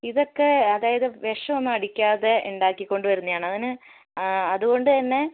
ഇതൊക്കെ അതായത് വിഷം ഒന്നും അടിക്കാതെ ഉണ്ടാക്കി കൊണ്ട് വരുന്നതാണ് അതിന് ആ അതുകൊണ്ട്തന്നെ